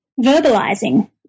verbalizing